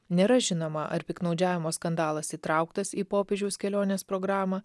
nėra žinoma ar piktnaudžiavimo skandalas įtrauktas į popiežiaus kelionės programą